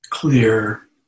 clear